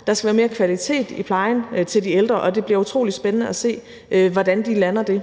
og der skal være mere kvalitet i plejen til de ældre, og det bliver utrolig spændende at se, hvordan de lander det.